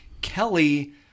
Kelly